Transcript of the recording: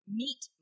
meet